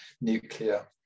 nuclear